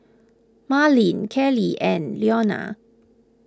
Marleen Kellie and Ilona